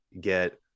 get